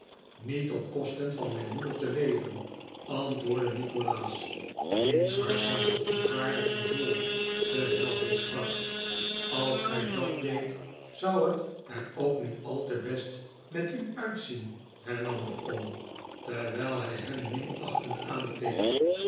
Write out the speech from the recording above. niet op kosten van mijn moeder te leven antwoordde nikolaas wiens hart van verontwaardiging zwol terwijl hij sprak als gij dat deedt zou het er ook niet al te best met u uitzien hernam de oom terwijl hij hem minachtend aankeek